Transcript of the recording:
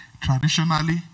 traditionally